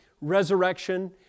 resurrection